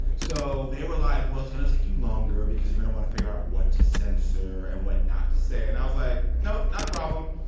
so they were like, well, it's going to take you longer because you're going to want to figure out what to censor and what not to say. and i was like, nope, not a problem